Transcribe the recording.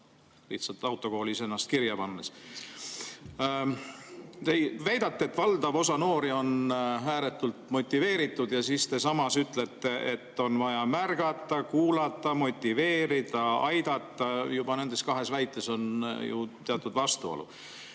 ennast autokoolis lihtsalt kirja pannes. Te väidate, et valdav osa noori on ääretult motiveeritud, ja samas ütlete, et on vaja märgata, kuulata, motiveerida, aidata. Juba nendes kahes väites on ju teatud vastuolu.